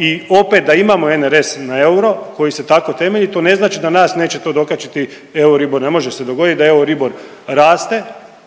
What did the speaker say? i opet da imamo NRS na euro koji se tako temelji to ne znači da nas neće to dokačiti EURIBOR ne može se dogoditi da EURIBOR raste